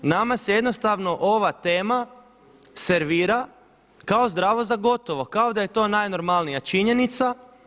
Nama se jednostavno ova tema servira kao zdravo za gotovo, kao da je to najnormalnija činjenica.